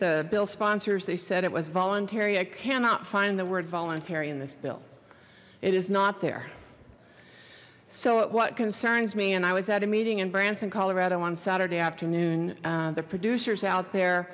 the bill sponsors they said it was voluntary i cannot find the word voluntary in this bill it is not there so at what concerns me and i was at a meeting in branson colorado on saturday afternoon the producers out there